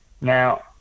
Now